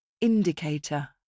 Indicator